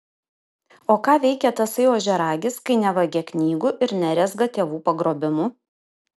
o ką veikia tasai ožiaragis kai nevagia knygų ir nerezga tėvų pagrobimų